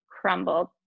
crumbled